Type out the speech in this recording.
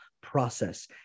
process